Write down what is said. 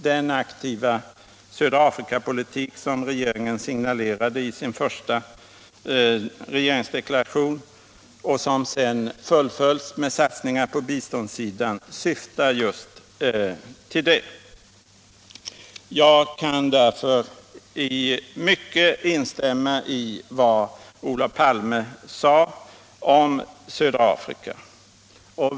Den aktiva södra Afrika-politik som regeringen signalerade i sin första regeringsdeklaration och som sedan fullföljts med satsningar på biståndssidan syftar just till det. Jag kan därför i mycket instämma i vad Olof Palme sade om södra Afrika.